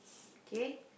okay